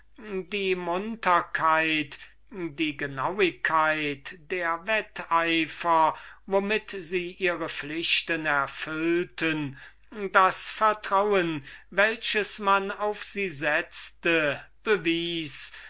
die munterkeit die genauigkeit der wetteifer womit sie ihre pflichten erfüllten das vertrauen welches man auf sie setzte bewies